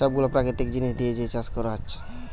সব গুলা প্রাকৃতিক জিনিস দিয়ে যে চাষ কোরা হচ্ছে